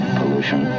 pollution